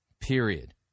period